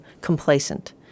complacent